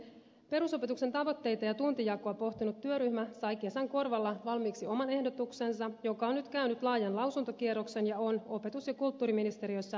perusopetuksen tavoitteita ja tuntijakoa pohtinut työryhmä sai kesän korvalla valmiiksi oman ehdotuksensa joka on nyt käynyt laajan lausuntokierroksen ja on opetus ja kulttuuriministeriössä jatkovalmistelussa